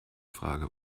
frage